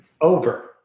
Over